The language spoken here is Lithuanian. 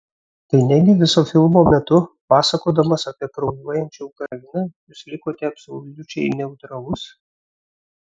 tai negi viso filmo metu pasakodamas apie kraujuojančią ukrainą jūs likote absoliučiai neutralus